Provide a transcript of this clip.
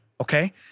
Okay